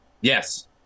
Yes